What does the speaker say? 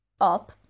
up